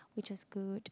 which was good